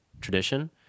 tradition